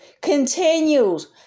continues